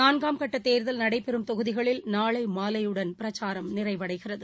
நான்காம் கட்டதேர்தல் நடைபெறும் தொகுதிகளில் நாளைமாலையுடன் பிரச்சாரம் நிறைவடைகிறது